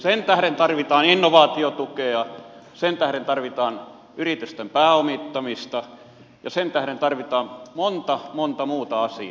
sen tähden tarvitaan innovaatiotukea sen tähden tarvitaan yritysten pääomittamista ja sen tähden tarvitaan monta monta muuta asiaa